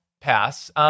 pass